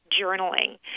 journaling